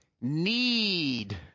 Need